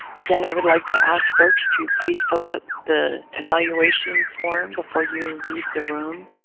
again i would like to ask folks to please fill out the evaluation form before you leave the room.